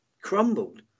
crumbled